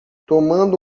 tomando